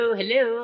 hello